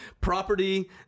property